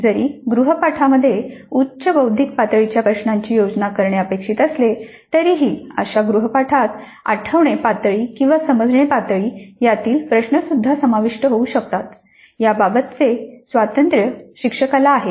जरी गृहपाठामध्ये उच्च बौद्धिक पातळीच्या प्रश्नांची योजना करणे अपेक्षित असले तरीही अशा गृहपाठात आठवणे पातळी किंवा समजणे पातळी यातील प्रश्नसुद्धा समाविष्ट होऊ शकतात याबाबतचे स्वातंत्र्य शिक्षकाला आहे